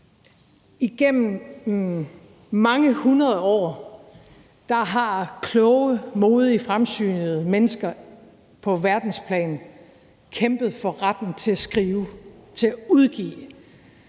Igennem mange hundrede år har kloge, modige og fremsynede mennesker på verdensplan kæmpet for retten til at skrive, til at udgive